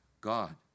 God